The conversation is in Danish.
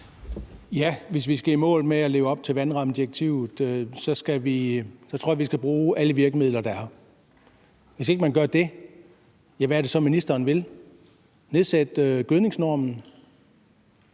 Hvis vi skal i mål med at leve op til vandrammedirektivet, tror jeg vi skal bruge alle virkemidler, der er. Hvis ikke man gør det, hvad er det så, ministeren vil – nedsætte gødningsnormen?